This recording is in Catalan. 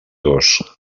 dos